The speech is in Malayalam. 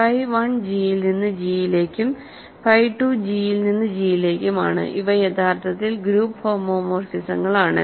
ഫൈ 1 ജിയിൽ നിന്ന് ജിയിലേക്കും ഫി 2 ജിയിൽ നിന്ന് ജിയിലേക്കും ആണ് ഇവ യഥാർത്ഥത്തിൽ ഗ്രൂപ്പ് ഹോമോമോർഫിസങ്ങളാണ്